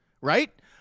right